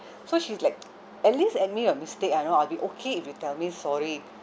so she's like at least admit your mistake I know I'll be okay if you tell me sorry